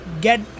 get